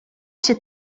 się